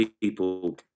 people